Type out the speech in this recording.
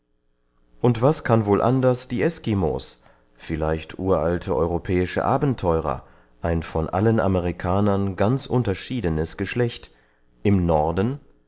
und was kann wohl anders die eskimos vielleicht uralte europäische abentheurer ein von allen amerikanern ganz unterschiedenes geschlecht in norden